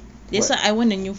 but